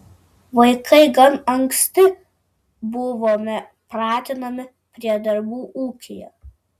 vaikai gan anksti buvome pratinami prie darbų ūkyje